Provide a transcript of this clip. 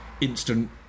instant